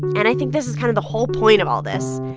and i think this is kind of the whole point of all this.